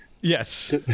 Yes